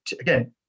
again